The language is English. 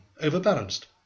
overbalanced